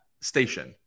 station